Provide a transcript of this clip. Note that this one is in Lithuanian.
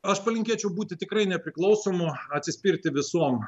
aš palinkėčiau būti tikrai nepriklausomu atsispirti visom